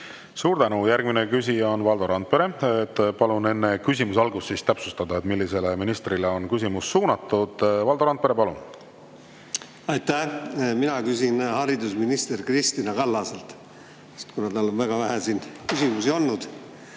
Suur tänu! Järgmine küsija on Valdo Randpere. Palun enne küsimuse algust täpsustada, millisele ministrile on küsimus suunatud. Valdo Randpere, palun! Aitäh! Mina küsin haridusminister Kristina Kallaselt, kuna talle on siin väga vähe küsimusi olnud.